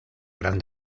gran